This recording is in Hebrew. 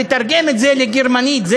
תתרגם את זה לגרמנית,